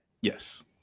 yes